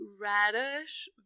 radish